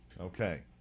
Okay